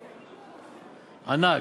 ענק,